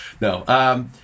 no